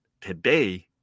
today